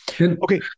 Okay